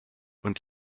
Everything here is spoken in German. und